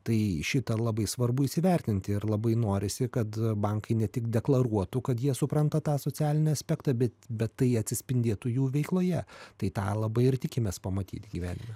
tai šitą labai svarbu įsivertinti ir labai norisi kad bankai ne tik deklaruotų kad jie supranta tą socialinį aspektą bei bet tai atsispindėtų jų veikloje tai tą labai ir tikimės pamatyt gyvenime